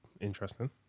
Interesting